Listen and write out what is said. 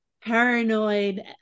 paranoid